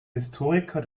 historiker